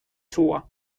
tour